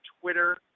Twitter